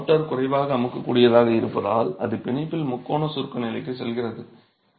மேலும் மோர்டார் குறைவாக அமுக்கக்கூடியதாக இருப்பதால் அது பிணைப்பில் முக்கோண சுருக்க நிலைக்குச் செல்கிறது